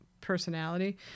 personality